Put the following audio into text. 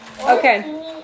Okay